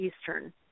Eastern